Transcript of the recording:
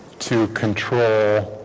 to control